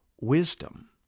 wisdom